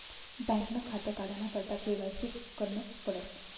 बँकनं खातं काढाना करता के.वाय.सी करनच पडस